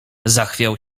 zachwiał